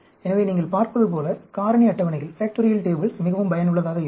எனவே நீங்கள் பார்ப்பதுபோல் காரணி அட்டவணைகள் மிகவும் பயனுள்ளதாக இருக்கும்